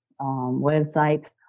websites